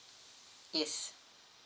yes